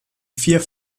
vier